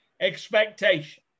expectation